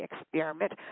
experiment